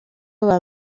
aba